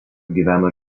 gyveno